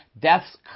Death's